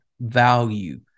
value